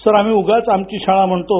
sir आम्ही उगाच आमची शाळा म्हणतो